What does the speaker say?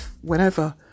whenever